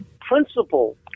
principle